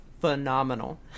phenomenal